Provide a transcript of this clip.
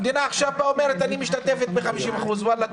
המדינה עכשיו אומרת: אני משתתפת ב-50% וואלה,